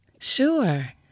Sure